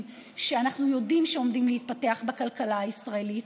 שאנחנו יודעים שעומדים להתפתח בכלכלה הישראלית,